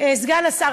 סגן השר,